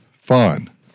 Fun